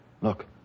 Look